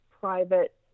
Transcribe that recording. private